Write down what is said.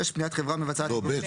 סעיף 56. פניית חברה מבצעת לגוף תשתית.